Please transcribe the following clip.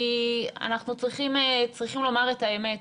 אנחנו צריכים לומר את האמת,